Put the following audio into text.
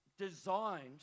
designed